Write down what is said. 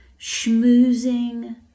schmoozing